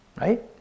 right